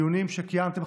הדיונים שקיימתם,